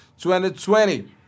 2020